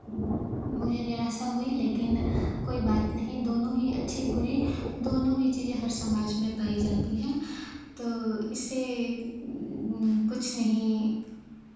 मुझे निराशा हुई लेकिन कोई बात नहीं दोनों ही अच्छी बुरी दोनों ही चीज़ें हर समाज में पाई जाती हैं तो इससे कुछ नहीं